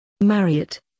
Marriott